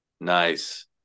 Nice